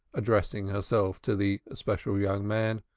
addressing herself to the special young man,